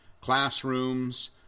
classrooms